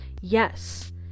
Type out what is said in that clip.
Yes